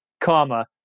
comma